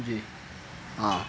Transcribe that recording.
جی ہاں